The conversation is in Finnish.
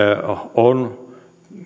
on